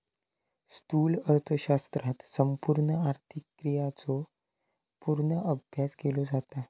स्थूल अर्थशास्त्रात संपूर्ण आर्थिक क्रियांचो पूर्ण अभ्यास केलो जाता